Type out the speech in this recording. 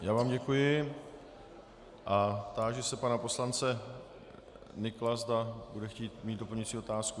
Já vám děkuji a táži se pana poslance Nykla, zda bude chtít mít doplňující otázku.